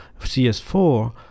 CS4